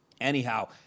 Anyhow